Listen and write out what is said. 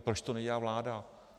Proč to nedělá vláda?